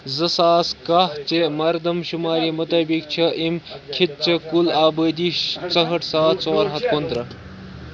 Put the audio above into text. زٕساس کاہہ چہِ مردم شُمٲری مُطٲبق چھِ امہِ خطہٕ چہِ كٗل آبٲدی ژُہٲٹھ ساس ژور ہَتھ کُنہٕ ترٕہ